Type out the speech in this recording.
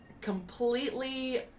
Completely